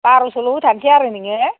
बार'सल' होथारनोसै आरो नोङो